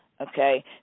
okay